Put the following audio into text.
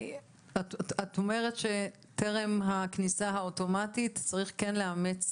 את אומרת שטרם הכניסה האוטומטית צריך כן לאמץ